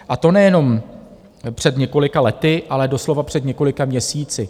A to nejenom před několika lety, ale doslova před několika měsíci.